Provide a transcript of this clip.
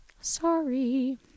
Sorry